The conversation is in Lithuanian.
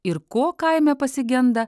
ir ko kaime pasigenda